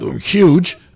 Huge